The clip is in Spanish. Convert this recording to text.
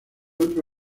otro